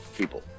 people